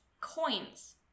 coins